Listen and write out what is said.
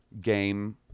game